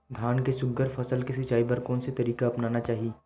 धान के सुघ्घर फसल के सिचाई बर कोन से तरीका अपनाना चाहि?